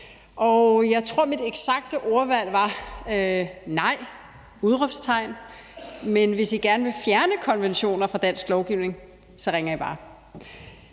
Jeg tror, at mit eksakte ordvalg var: Nej! Men hvis I gerne vil fjerne konventioner fra dansk lovgivning, ringer I bare.